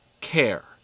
care